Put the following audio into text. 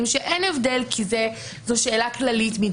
לא בכל הנושאים בחוק הזה.